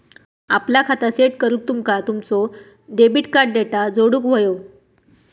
आपला खाता सेट करूक तुमका तुमचो डेबिट कार्ड डेटा जोडुक व्हयो